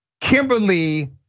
Kimberly